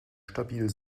stabil